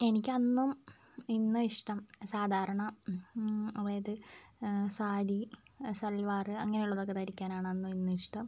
എനിക്ക് അന്നും ഇന്നും ഇഷ്ടം സാധാരണ അതായത് സാരി സൽവാർ അങ്ങനെ ഉള്ളതൊക്കെ ധരിക്കാനാണ് അന്നും ഇന്നും ഇഷ്ടം